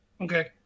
Okay